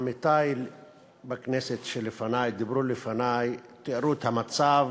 עמיתי בכנסת שדיברו לפני, תיארו את המצב